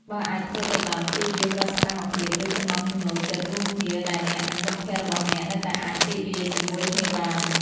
បើអាចធ្វើទៅបាន ព្យាយាមរកសកម្មភាព ឬចំណង់ចំណូលចិត្តរួមគ្នាដែលអ្នក និងមិត្តភក្តិរបស់អ្នកនៅតែអាចរីករាយជាមួយគ្នាបាន។